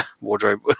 wardrobe